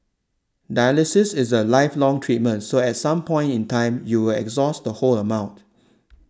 dialysis is a lifelong treatment so at some point in time you will exhaust the whole amount